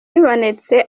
bibonetse